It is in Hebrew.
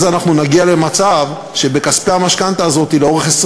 אז אנחנו נגיע למצב שבכספי המשכנתה הזאת לאורך 20